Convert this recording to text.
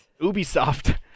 Ubisoft